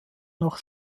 noch